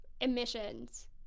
emissions